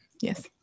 yes